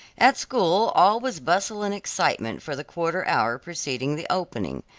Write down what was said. at school all was bustle and excitement for the quarter hour preceding the opening.